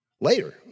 Later